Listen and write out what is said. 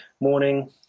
morning